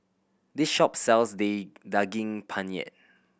this shop sells day Daging Penyet